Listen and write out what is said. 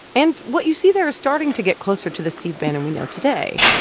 and what you see there are starting to get closer to the steve bannon we know today,